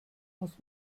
muss